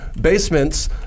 basements